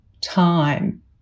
time